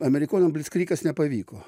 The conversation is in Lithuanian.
amerikonam blickrygas nepavyko